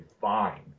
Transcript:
fine